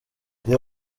iyo